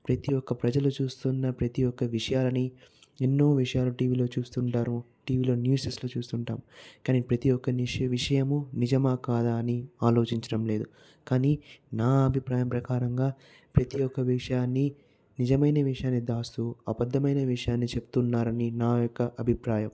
ప్రతి ఒక్క ప్రజలు చూస్తున్న ప్రతి ఒక్క విషయాలన్ని ఎన్నో విషయాలు టీవీలో చూస్తుంటారు టీవీలో న్యూస్లలో చూస్తుంటాం కానీ ప్రతి ఒక్క నిష్ విషయము నిజమా కాదా అని ఆలోచించటం లేదు కానీ నా అభిప్రాయం ప్రకారంగా ప్రతి ఒక్క విషయాన్ని నిజమైన విషయాన్ని దాస్తూ అబద్ధమైన విషయాన్ని చెప్తున్నారు అని నా యొక్క అభిప్రాయం